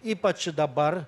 ypač dabar